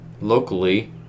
locally